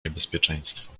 niebezpieczeństwo